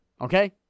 Okay